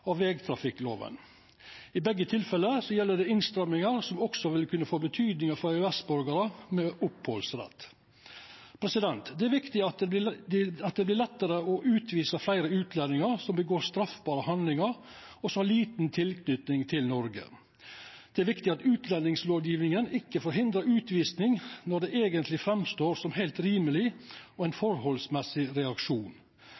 vegtrafikklova. I begge tilfella gjeld det innstrammingar som også vil kunna få betyding for EØS-borgarar med opphaldsrett.. Det er viktig at det vert lettare å utvisa fleire utlendingar som utfører straffbare handlingar, og som har lita tilknyting til Noreg. Det er viktig at utlendingslovgjevinga ikkje forhindrar utvising når det eigentleg står fram som heilt rimeleg og som ein